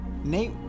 Nate